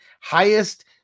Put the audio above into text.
highest